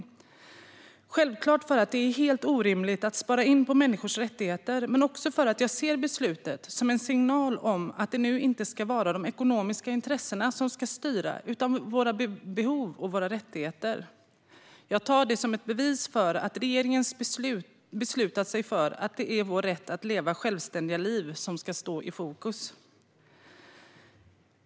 Det är självklart helt orimligt att spara in på människors rättigheter, och jag ser beslutet som en signal om att det nu inte ska vara de ekonomiska intressena som ska styra utan våra behov och rättigheter. Jag tar det som ett bevis för att regeringen beslutat sig för att det är vår rätt att leva självständiga liv som ska stå i fokus.